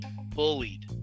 bullied